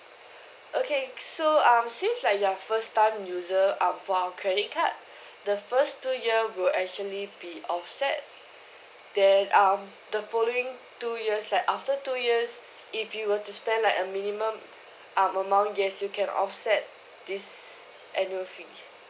okay so um since like you're first time user um for our credit card the first two year will actually be offset then um the following two years like after two years if you were to spend like a minimum um amount yes you can offset this annual fee